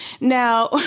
Now